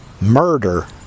murder